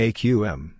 Aqm